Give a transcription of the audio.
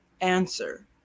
Answer